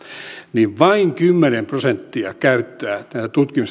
niin vain kymmenen prosenttia käyttää näitä tutkimus